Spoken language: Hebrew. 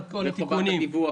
עם כל התיקונים וחובת הדיווח?